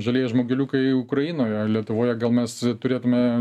žalieji žmogeliukai ukrainoje lietuvoje gal mes turėtume